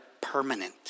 permanent